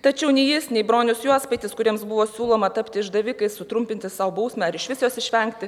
tačiau nei jis nei bronius juospaitis kuriems buvo siūloma tapti išdavikais sutrumpinti sau bausmę ar išvis jos išvengti